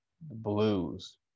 blues